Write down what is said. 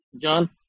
John